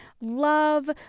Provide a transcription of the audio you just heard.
love